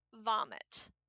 vomit